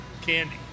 candy